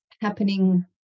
happening